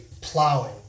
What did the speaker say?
plowing